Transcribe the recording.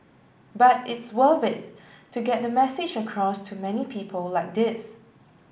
but it's worth it to get the message across to many people like this